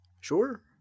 Sure